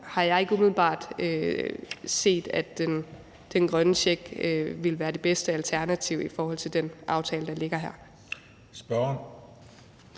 kan jeg ikke umiddelbart se, at den grønne check ville være det bedste alternativ i forhold til den aftale, der ligger her.